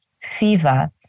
fever